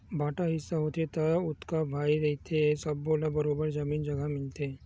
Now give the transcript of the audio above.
बांटा हिस्सा होथे त जतका भाई रहिथे सब्बो ल बरोबर जमीन जघा मिलथे